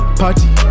party